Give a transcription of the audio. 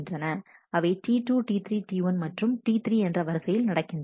அவை T2T3 T1 மற்றும் T3 என்ற வரிசையில் நடக்கின்றன